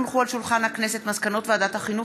הונחו על שולחן הכנסת מסקנות ועדת החינוך,